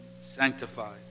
sanctified